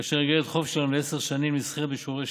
כאשר איגרת חוב שלנו לעשר שנים נסחרת בשיעורי